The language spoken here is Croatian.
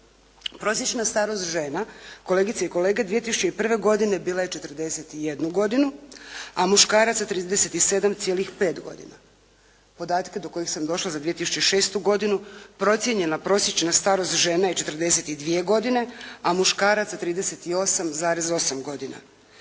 Prosječna starost žena kolegice i kolege 2001. godine bila je 41 godinu, a muškaraca 37,5 godina. Podatke do kojih sam došla za 2006. godinu procijenjena prosječna starost žena je 42 godine, a muškaraca 38,8 godina.